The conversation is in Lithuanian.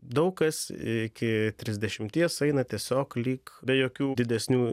daug kas iki trisdešimties eina tiesiog lyg be jokių didesnių